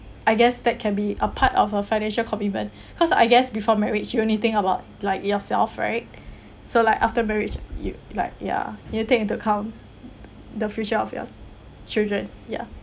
I guess that can be a part of a financial commitment cause I guess before marriage you only think about like yourself right so like after marriage you like ya you take into account the future of your children ya